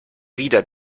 wieder